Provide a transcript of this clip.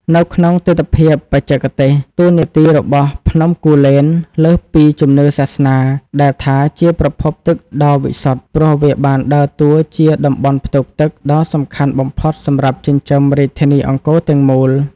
នៅក្នុងទិដ្ឋភាពបច្ចេកទេស តួនាទីរបស់ភ្នំគូលែនលើសពីជំនឿសាសនាដែលថាជាប្រភពទឹកដ៏វិសុទ្ធ ព្រោះវាបានដើរតួជា តំបន់ផ្ទុកទឹក ដ៏សំខាន់បំផុតសម្រាប់ចិញ្ចឹមរាជធានីអង្គរទាំងមូល។